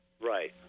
right